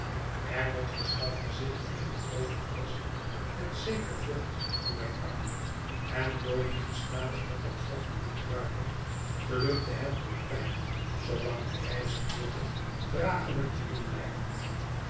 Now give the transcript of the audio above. herbert verschafte zich eene groote flesch met zeker vocht voor mijn arm en door dien gestadig met dat vocht te bedruipen gelukte het de pijn zoolang de reis duurde draaglijk te doen blijven